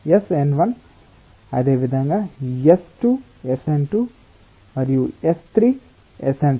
అదేవిధంగా S2 Sn2 మరియు S3 Sn3